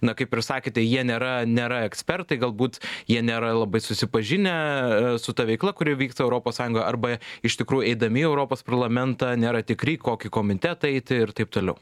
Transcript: na kaip ir sakėte jie nėra nėra ekspertai galbūt jie nėra labai susipažinę su ta veikla kuri vyksta europos sąjungoje arba iš tikrųjų eidami į europos parlamentą nėra tikri į kokį komitetą eiti ir taip toliau